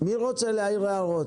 מי רוצה להעיר הערות?